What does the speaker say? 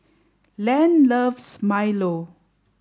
Len loves Milo